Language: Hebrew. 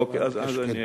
אוקיי, אז אני אקצר.